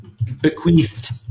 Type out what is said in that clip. bequeathed